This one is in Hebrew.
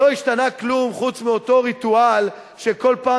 לא השתנה כלום חוץ מאותו ריטואל שכל פעם